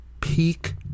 peak